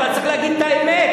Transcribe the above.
אבל צריך להגיד את האמת.